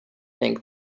think